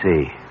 see